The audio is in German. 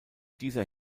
dieser